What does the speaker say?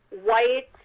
white